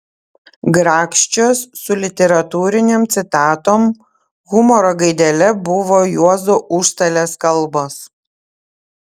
grakščios su literatūrinėm citatom humoro gaidele buvo juozo užstalės kalbos